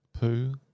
poo